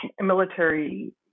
military